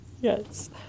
Yes